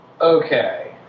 Okay